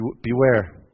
Beware